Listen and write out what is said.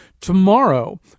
Tomorrow